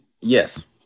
Yes